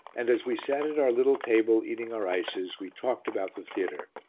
and, as we sat at our little table eating our ices, we talked about the theatre.